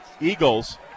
Eagles